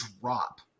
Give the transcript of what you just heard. drop